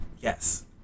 yes